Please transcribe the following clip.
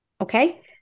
Okay